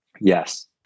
yes